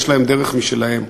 יש להם דרך משלהם.